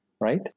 Right